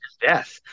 death